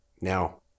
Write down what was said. Now